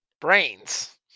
brains